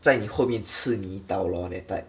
在你后面刺你一刀 lor that type